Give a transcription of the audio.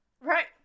Right